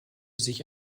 sich